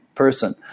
person